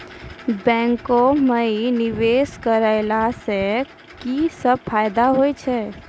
बैंको माई निवेश कराला से की सब फ़ायदा हो छै?